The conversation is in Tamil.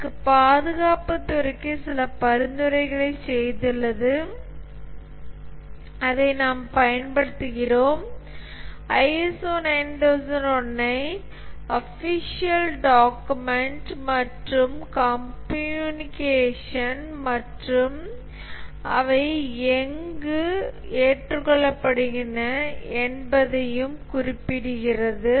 இது பாதுகாப்புத் துறைக்கு சில பரிந்துரைகளைச் செய்துள்ளது அதை நாம் பயன்படுத்துகிறோம் ISO 9001 ஐ ஒஃபிஷியல் டாக்குமெண்ட்கள் மற்றும் கம்யூனிகேஷன் மற்றும் அவை எங்கு ஏற்றுக்கொள்ளப்படுகின்றன என்பதையும் குறிப்பிடுகிறது